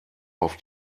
auf